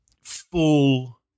full